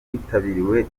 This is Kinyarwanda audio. witabiriwe